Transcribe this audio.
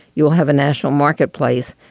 you'll have a national marketplace.